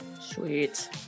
Sweet